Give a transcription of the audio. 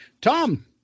Tom